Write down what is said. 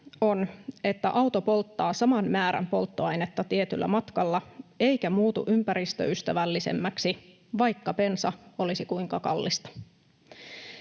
se, että auto polttaa saman määrän polttoainetta tietyllä matkalla eikä muutu ympäristöystävällisemmäksi, vaikka bensa olisi kuinka kallista.